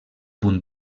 punt